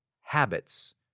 habits